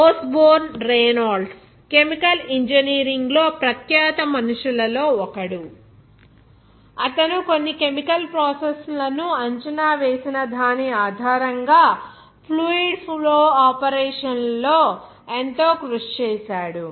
Osborne Reynolds chemical ఇంజనీరింగ్లో ప్రఖ్యాత మనుషుల లో ఒకడు అతను అన్ని కెమికల్ ప్రాసెస్ లను అంచనా వేసిన దాని ఆధారంగా ఫ్లూయిడ్ ఫ్లో ఆపరేషన్లో ఎంతో కృషి చేశాడు